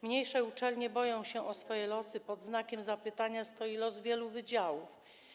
Mniejsze uczelnie boją się o swoje losy, pod znakiem zapytania stoi los wielu wydziałów.